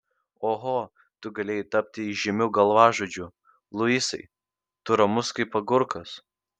oho tu galėjai tapti įžymiu galvažudžiu luisai tu ramus kaip agurkas